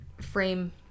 frame